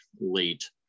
late